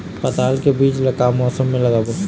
पताल के बीज ला का मौसम मे लगाबो?